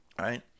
Right